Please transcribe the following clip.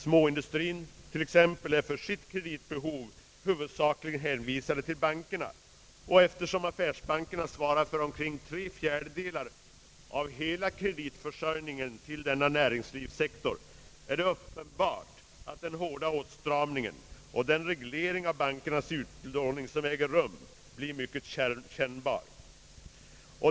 Småindustrien är för sitt kreditbehov i huvudsak hänvisad till bankerna, och eftersom affärsbankerna svarar för omkring tre fjärdedelar av hela kreditförsörjningen till denna näringslivssektor, är det uppenbart att den hårda åtstramningen och den reglering av bankernas utlåning som äger rum blir mycket kännbara.